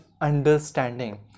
understanding